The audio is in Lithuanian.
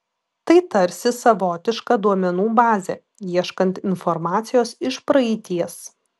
tai tarsi savotiška duomenų bazė ieškant informacijos iš praeities